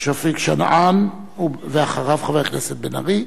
שכיב שנאן, ואחריו חבר הכנסת בן-ארי,